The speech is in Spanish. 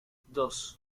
dos